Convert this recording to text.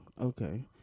okay